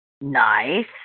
Nice